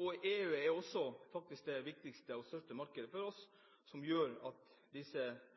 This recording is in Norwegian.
Og EU er også faktisk det største og viktigste markedet for oss, noe som gjør at disse